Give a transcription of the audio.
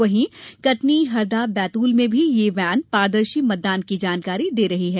वहीं कटनी हरदा बैतूलमें भी यह वैन पारदर्शी मतदान की जानकारी दे रही है